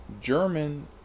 German